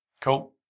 Cool